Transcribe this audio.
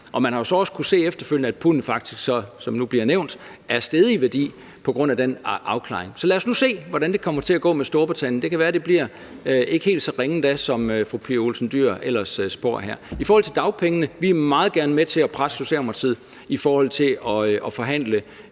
og man har jo så også efterfølgende kunnet se, at pundet, som nu bliver nævnt, faktisk er steget i værdi på grund af den afklaring. Så lad os nu se, hvordan det kommer til at gå med Storbritannien. Det kan være, at det ikke bliver helt så ringe endda, som fru Pia Olsen Dyhr ellers spår her. I forhold til dagpengene: Vi vil meget gerne være med til at presse Socialdemokratiet i forhold til at forhandle